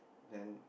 then